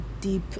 deep